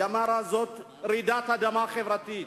היא אמרה: זאת רעידת אדמה חברתית.